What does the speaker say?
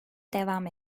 devam